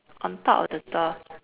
on top of the door